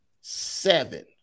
Seven